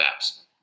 apps